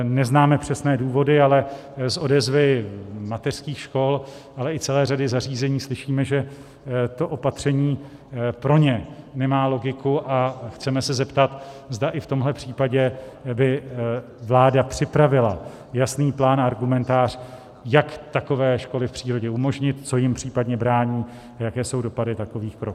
Neznáme přesné důvody, ale z odezvy mateřských škol, ale i celé řady zařízení slyšíme, že to opatření pro ně nemá logiku, a chceme se zeptat, zda i v tomhle případě by vláda připravila jasný plán a argumentář, jak takové školy v přírodě umožnit, co jim případně brání a jaké jsou dopady takových kroků.